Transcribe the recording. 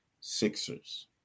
Sixers